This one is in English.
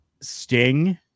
Sting